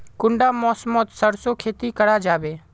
कुंडा मौसम मोत सरसों खेती करा जाबे?